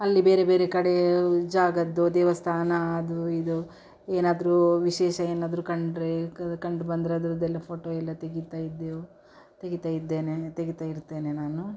ಅಲ್ಲಿ ಬೇರೆ ಬೇರೆ ಕಡೆ ಜಾಗದ್ದು ದೇವಸ್ಥಾನ ಅದು ಇದು ಏನಾದರೂ ವಿಶೇಷ ಏನಾದರೂ ಕಂಡರೆ ಕಾ ಕಂಡುಬಂದರೆ ಅದರದ್ದೆಲ್ಲ ಫೋಟೊ ಎಲ್ಲ ತೆಗಿತಾ ಇದ್ದೆವು ತೆಗಿತಾ ಇದ್ದೇನೆ ತೆಗಿತಾ ಇರ್ತೇನೆ ನಾನು